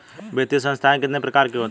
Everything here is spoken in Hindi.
वित्तीय संस्थाएं कितने प्रकार की होती हैं?